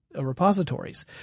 repositories